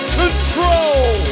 control